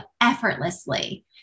effortlessly